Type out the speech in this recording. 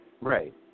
Right